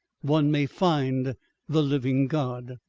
one may find the living god.